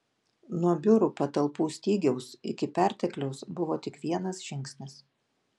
nuo biurų patalpų stygiaus iki pertekliaus buvo tik vienas žingsnis